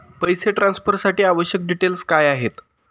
पैसे ट्रान्सफरसाठी आवश्यक डिटेल्स काय आहेत?